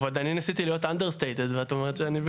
ואני עוד ניסיתי להיות understatement ואת אומרת שאני,